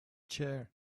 chair